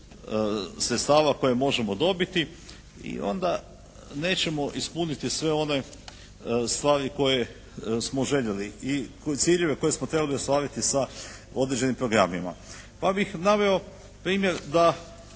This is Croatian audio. sredstava koje možemo dobiti. I onda nećemo ispuniti sve one stvari koje smo željeli i u cilju koje smo trebali ostvariti sa određenim programima. Pa bih naveo primjer da,